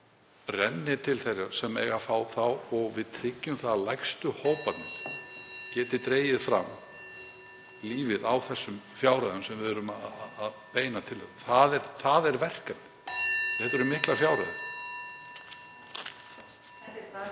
renni til þeirra sem eiga að fá þá svo að við tryggjum það að lægstu hóparnir geti dregið fram lífið á þessum fjárhæðum sem við erum að beina til þeirra. Það er verkefnið. Þetta eru miklar fjárhæðir.